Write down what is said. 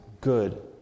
good